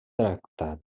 tractat